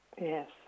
Yes